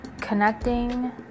connecting